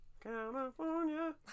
California